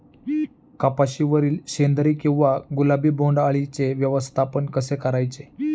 कपाशिवरील शेंदरी किंवा गुलाबी बोंडअळीचे व्यवस्थापन कसे करायचे?